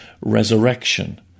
resurrection